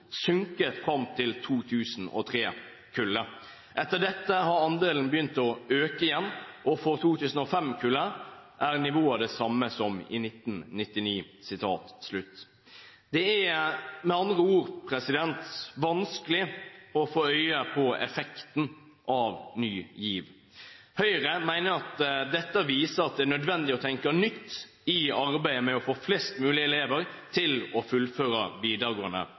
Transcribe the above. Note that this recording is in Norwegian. sunket frem til 2003-kullet. Etter dette har andelen begynt å øke igjen, og for 2005-kullet er nivået det samme som i 1999.» Det er med andre ord vanskelig å få øye på effekten av Ny GIV. Høyre mener at dette viser at det er nødvendig å tenke nytt i arbeidet med å få flest mulig elever til å fullføre